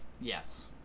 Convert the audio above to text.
Yes